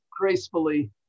Gracefully